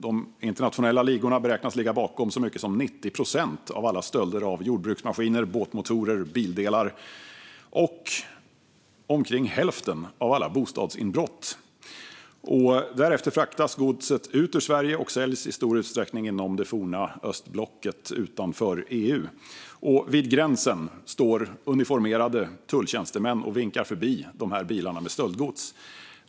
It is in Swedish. De internationella ligorna beräknas ligga bakom så mycket som 90 procent av alla stölder av jordbruksmaskiner, båtmotorer och bildelar och omkring hälften av alla bostadsinbrott. Därefter fraktas godset ut ur Sverige och säljs i stor utsträckning inom det forna östblocket utanför EU. Vid gränsen står uniformerade tulltjänstemän och vinkar förbi dessa bilar med stöldgods.